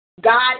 God